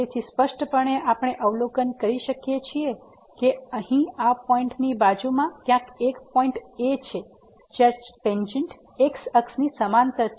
તેથી સ્પષ્ટપણે આપણે અવલોકન કરી શકીએ છીએ કે અહીં આ પોઈન્ટ ની બાજુમાં ક્યાંક એક પોઈન્ટ a છે જ્યાં ટેંજેન્ટ x અક્ષની સમાંતર છે